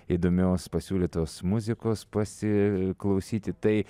įdomios pasiūlytos muzikos pasiklausyti tai